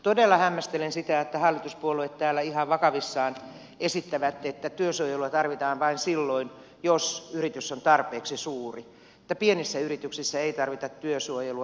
todella hämmästelen sitä että hallituspuolueet täällä ihan vakavissaan esittävät että työsuojelua tarvitaan vain silloin jos yritys on tarpeeksi suuri että pienissä yrityksissä ei tarvita työsuojelua